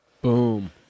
Boom